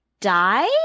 die